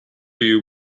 you